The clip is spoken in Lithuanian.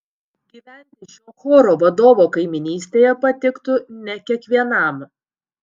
gyventi šio choro vadovo kaimynystėje patiktų ne kiekvienam